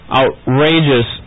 outrageous